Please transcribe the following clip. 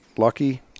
lucky